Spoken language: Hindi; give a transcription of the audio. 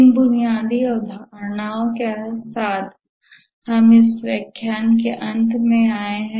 इन बुनियादी अवधारणाओं के साथ हम इस व्याख्यान के अंत में आए हैं